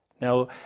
Now